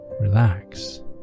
Relax